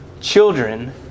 children